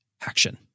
Action